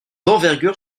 d’envergure